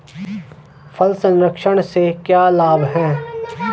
फल संरक्षण से क्या लाभ है?